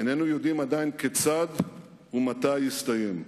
איננו יודעים עדיין כיצד ומתי יסתיים,